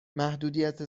محدودیت